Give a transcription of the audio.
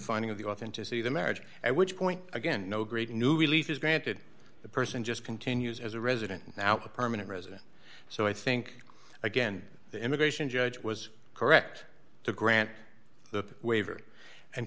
finding of the authenticity of the marriage at which point again no great new relief is granted the person just continues as a resident now a permanent resident so i think again the immigration judge was correct to grant the waiver and